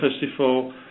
festival